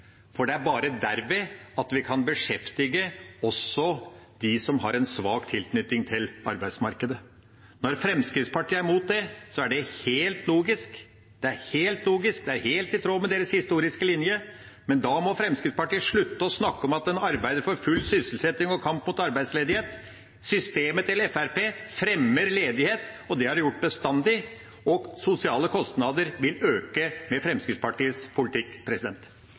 for det er bare derved at vi kan beskjeftige også de som har en svak tilknytning til arbeidsmarkedet. Når Fremskrittspartiet er mot det, er det helt logisk. Det er helt logisk og helt i tråd med deres historiske linje, men da må Fremskrittspartiet slutte å snakke om at de arbeider for full sysselsetting og kamp mot arbeidsledighet. Systemet til Fremskrittspartiet fremmer ledighet, og det har det gjort bestandig. Sosiale kostnader vil øke med Fremskrittspartiets politikk.